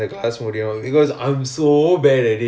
mm